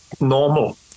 normal